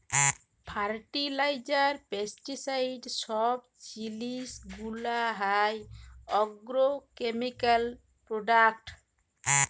fertiliser, pesticide সব জিলিস গুলা হ্যয় আগ্রকেমিকাল প্রোডাক্ট